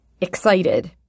excited